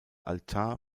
altar